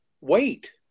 Wait